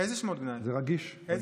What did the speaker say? זה רגיש.